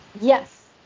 Yes